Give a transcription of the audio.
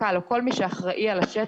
קק"ל וכל מי שאחראי על השטח.